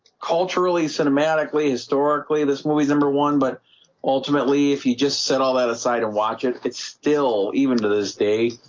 culturally cinematically historically this movies number one, but ultimately if you just set all that aside and watch it. it's still even to this day